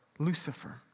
Lucifer